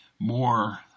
more